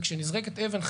וכשנזרקת אבן,